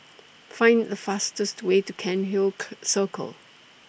Find The fastest Way to Cairnhill Circle